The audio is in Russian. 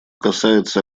касается